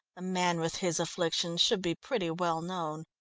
a man with his afflictions should be pretty well-known.